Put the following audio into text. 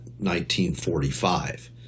1945